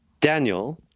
Daniel